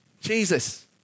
Jesus